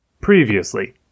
Previously